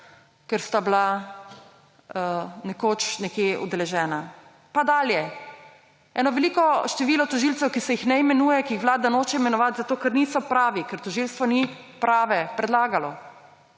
ker sta bila nekoč nekje udeležena. Pa dalje, eno veliko število tožilcev, ki se jih ne imenuje, ki jih Vlada noče imenovati, zato ker niso pravi, ker tožilstvo ni pravih predlagalo.